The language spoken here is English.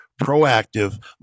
proactive